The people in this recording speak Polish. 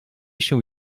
się